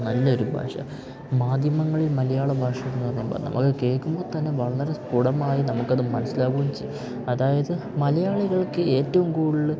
നല്ലൊരു ഭാഷ മാധ്യമങ്ങളിൽ മലയാള ഭാഷ എന്ന് പറയുമ്പോൾ നമുക്ക് കേൾക്കുമ്പോൾ തന്നെ വളരെ സ്ഫുടമായി നമുക്ക് അത് മനസിലാവുകയും ചെയ്യും അതായത് മലയാളികൾക്ക് ഏറ്റവും കൂടുതൽ